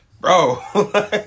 Bro